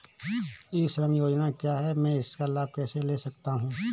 ई श्रम योजना क्या है मैं इसका लाभ कैसे ले सकता हूँ?